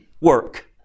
work